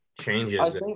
changes